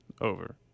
Over